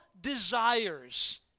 desires